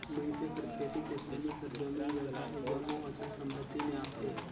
मइनसे कर खेती किसानी कर जमीन जगहा ए जम्मो अचल संपत्ति में आथे